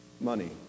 Money